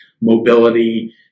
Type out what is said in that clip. mobility